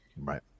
Right